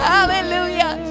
Hallelujah